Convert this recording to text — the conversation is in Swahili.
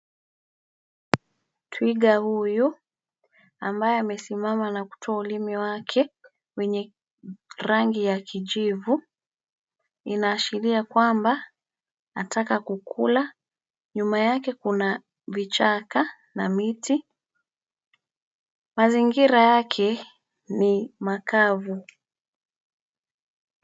Twiga huyu, ambaye amesimama na kutoa ulimi wake, wenye, rangi ya kijivu, inaashiria kwamba, anataka kukula, nyuma yake kuna, vichaka na miti, mazingira yake, ni makavu.